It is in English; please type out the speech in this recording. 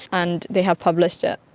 and they have published it.